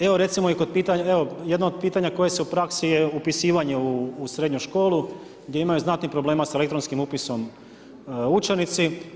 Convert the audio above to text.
Evo recimo i kod pitanja, evo, jedno od pitanja koje se u praksi, je upisivanje u srednju školu, gdje imaju znatnih problema sa elektronskim upisom učenici.